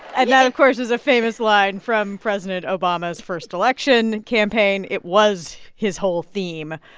and that, of course, is a famous line from president obama's first election campaign. it was his whole theme.